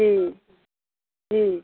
जी जी